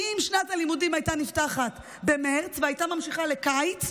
כי אם שנת הלימודים הייתה נפתחת במרץ והייתה ממשיכה לקיץ,